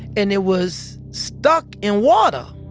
and it was stuck in water.